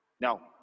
Now